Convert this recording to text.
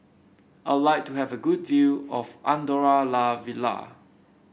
I would like to have a good view of Andorra La Vella